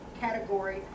category